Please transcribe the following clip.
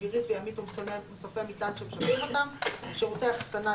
אווירית וימית ומסופי המטען המשמשים אותם; שירותי אחסנה,